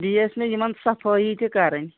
بیٚیہِ ٲس مےٚ یِمَن صفٲیی تہِ کَرٕنۍ